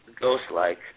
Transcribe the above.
ghost-like